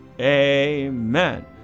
amen